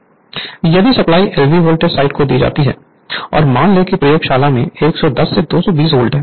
Refer Slide Time 0756 यदि supply LV voltage side को दी जाती है और मान लें कि प्रयोगशाला में 110 से 220 वोल्ट है